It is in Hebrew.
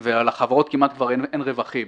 ולחברות כמעט כבר אין רווחים.